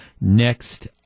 next